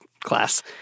class